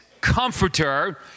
comforter